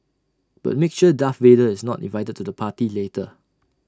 but make sure Darth Vader is not invited to the party later